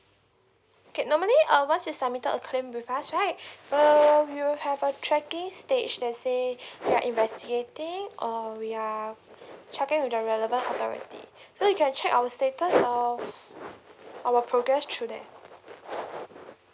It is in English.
okay normally uh once you submitted a claim with us right err we will have a tracking stage let's say we are investigating or we are checking with the relevant authority so you can check our status of our progress through that